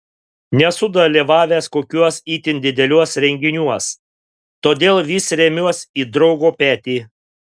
nesu dalyvavęs kokiuos itin dideliuos renginiuos todėl vis remiuos į draugo petį